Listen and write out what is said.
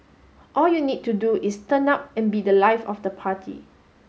all you need to do is turn up and be The Life of the party